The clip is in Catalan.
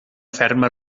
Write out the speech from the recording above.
ferma